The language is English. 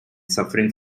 suffering